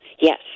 Yes